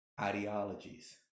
ideologies